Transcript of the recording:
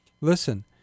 Listen